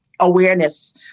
awareness